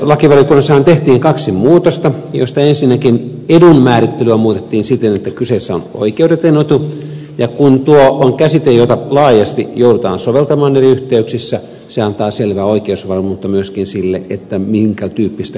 lakivaliokunnassahan tehtiin kaksi muutosta joista ensinnäkin edun määrittelyä muutettiin siten että kyseessä on oikeudeton etu ja kun tuo on käsite jota laajasti joudutaan soveltamaan eri yhteyksissä se antaa selvää oikeusvarmuutta myöskin sille minkä tyyppisestä edusta on kysymys